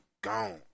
gone